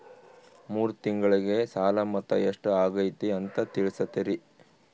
ಮೂರು ತಿಂಗಳಗೆ ಸಾಲ ಮೊತ್ತ ಎಷ್ಟು ಆಗೈತಿ ಅಂತ ತಿಳಸತಿರಿ?